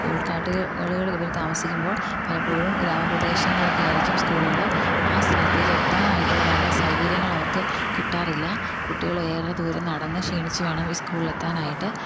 ഈ ഉൾക്കാട്ട് കാടുകളിൽ ഇവർ താമസിക്കുമ്പോൾ പലപ്പോഴും ഗ്രാമപ്രദേശങ്ങളിലൊക്കെ ആയിരിക്കും സ്കൂളുകൾ ആ സ്ഥലത്തേക്ക് എത്താനായിട്ടുള്ള വേണ്ട സൗകര്യങ്ങൾ അവർക്ക് കിട്ടാറില്ല കുട്ടികൾ ഏറെ ദൂരം നടന്നു ക്ഷീണിച്ചു വേണം ഈ സ്കൂളിൽ എത്താനായിട്ട്